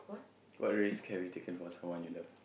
what risk have you taken for someone you love